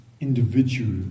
individual